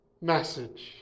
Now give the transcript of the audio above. message